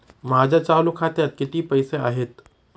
माझ्या चालू खात्यात किती पैसे आहेत?